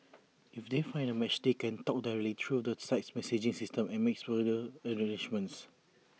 if they find A match they can talk directly through the site's messaging system and make further arrangements